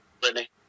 Brittany